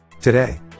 today